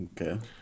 okay